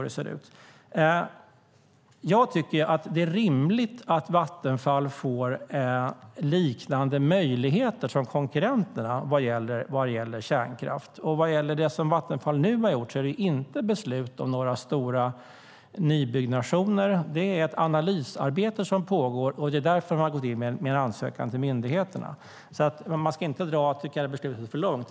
Det är rimligt att Vattenfall får liknande möjligheter som konkurrenterna när det gäller kärnkraft. Det Vattenfall nu gör är inte att ta beslut om några stora nybyggnationer, utan det är ett analysarbete som pågår. Det är därför man har gått in med en ansökan till myndigheterna. Vi ska inte dra detta beslut för långt.